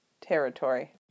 Territory